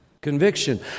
Conviction